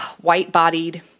white-bodied